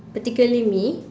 particularly me